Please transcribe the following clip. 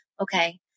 Okay